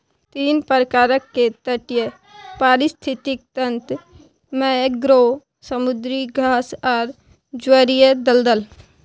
तीन प्रकार के तटीय पारिस्थितिक तंत्र मैंग्रोव, समुद्री घास आर ज्वारीय दलदल